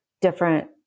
different